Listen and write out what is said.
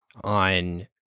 On